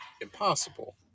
impossible